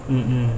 mm mm